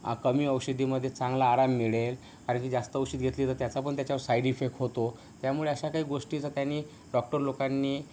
कमी औषधीमध्ये चांगला आराम मिळेल कारण की जास्त औषध घेतली तर त्याचा पण त्याच्यावर साईड इफेक होतो त्यामुळे अशा काही गोष्टी जर त्यांनी डॉक्टर लोकांनी